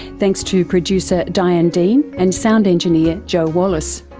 thanks to producer diane dean and sound engineer joe wallace.